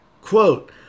Quote